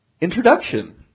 introduction